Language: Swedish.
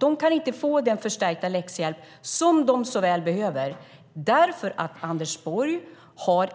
De kan inte få den förstärkta läxhjälp som de så väl behöver eftersom Anders Borg